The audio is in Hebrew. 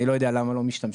אני לא יודע למה לא משתמשים,